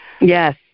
Yes